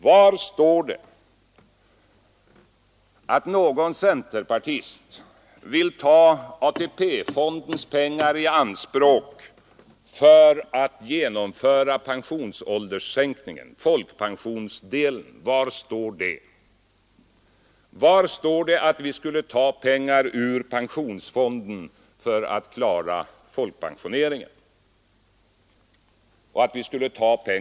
Var står det att någon centerpartist vill ta AP-fondens pengar i anspråk för att genomföra en sänkning av pensionsåldern när det gäller folkpensionsdelen? Var står det att vi skulle ta pengar ur pensionsfonden för att klara folkpensioneringen?